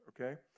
okay